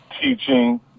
teaching